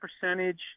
percentage